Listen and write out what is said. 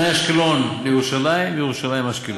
מאשקלון לירושלים ומירושלים לאשקלון.